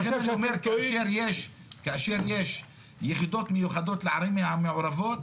אני חושב שאתם טועים --- כאשר יש יחידות מיוחדות לערים המעורבות,